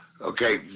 Okay